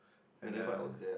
and uh